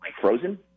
frozen